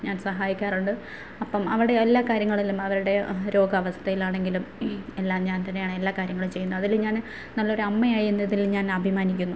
ഞാന് സഹായിക്കാറുണ്ട് അപ്പം അവിടെ എല്ലാ കാര്യങ്ങളിലും അവരുടെ രോഗാവസ്ഥയിലാണെങ്കിലും എല്ലാം ഞാന് തന്നെയാണ് എല്ലാ കാര്യങ്ങളും ചെയ്യുന്നത് അതിൽ ഞാൻ നല്ലൊരു അമ്മയാണ് എന്നതില് ഞാന് അഭിമാനിക്കുന്നു